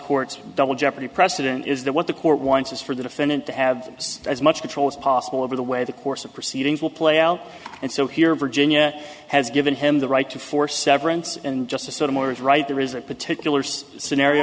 court's double jeopardy precedent is that what the court wants is for the defendant to have as much control as possible over the way the course of proceedings will play out and so here virginia has given him the right to for severance and just to sort of more is right there is a particulars scenario